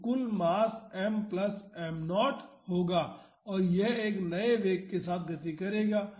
तो कुल mass m plus m0 होगा और यह एक नए वेग के साथ गति करेगा